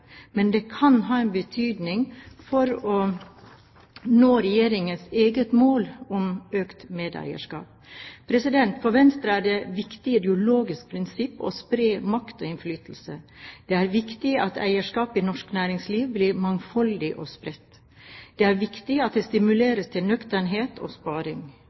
men det kan ha en betydning for å nå Regjeringens eget mål om økt medeierskap. For Venstre er det et viktig ideologisk prinsipp å spre makt og innflytelse. Det er viktig at eierskapet i norsk næringsliv blir mangfoldig og spredt. Det er viktig at det stimuleres til nøkternhet og sparing.